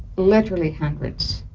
literally hundreds.